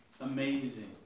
amazing